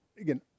Again